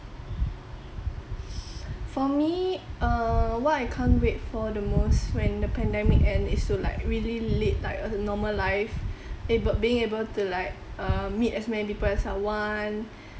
mm for me err what I can't wait for the most when the pandemic end is to like really lead like a normal life being able to like err meet as many people as I want